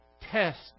test